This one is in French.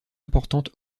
importante